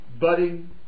budding